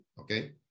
Okay